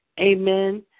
Amen